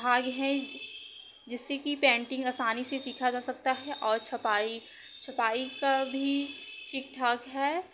भाग है जिससे की पेंटिंग आसानी से सीखा जा सकता है और छपाई छपाई का भी ठीक ठाक है